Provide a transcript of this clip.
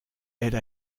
elle